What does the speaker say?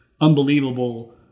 unbelievable